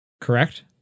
Correct